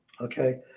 Okay